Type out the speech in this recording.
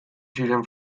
ziren